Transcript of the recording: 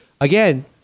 Again